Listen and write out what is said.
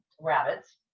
rabbits